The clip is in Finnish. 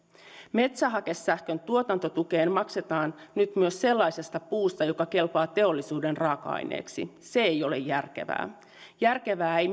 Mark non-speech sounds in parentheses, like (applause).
metsähakesähkön tuotantotukea maksetaan nyt myös sellaisesta puusta joka kelpaa teollisuuden raaka aineeksi se ei ole järkevää järkevää ei (unintelligible)